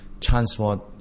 transport